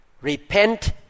repent